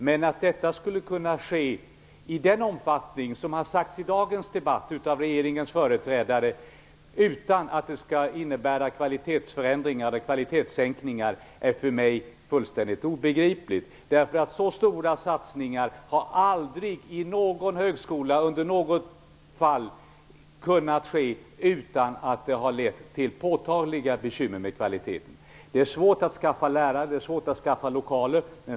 Men att det skulle kunna ske i den omfattning som regeringens företrädare har sagt i dagens debatt utan att det innebär kvalitetssänkningar är för mig fullständigt obegripligt. Så stora satsningar har aldrig tidigare i något fall kunnat ske utan att det har lett till påtagliga bekymmer med kvaliteten. Det är svårt att skaffa lärare. Det är svårt att skaffa lokaler.